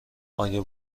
آیا